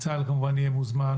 צה"ל כמובן יהיה מוזמן,